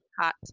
Hot